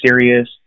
serious